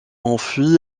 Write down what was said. enfui